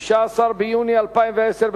15 ביוני 2010,